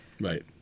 Right